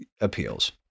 appeals